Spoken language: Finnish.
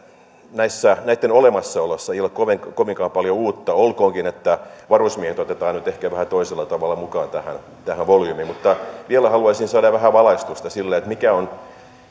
näitten olemassaolossa ei ole kovinkaan kovinkaan paljon uutta olkoonkin että varusmiehet otetaan nyt ehkä vähän toisella tavalla mukaan tähän tähän volyymiin vielä haluaisin saada vähän valaistusta siihen mikä on